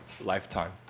lifetime